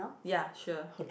ya sure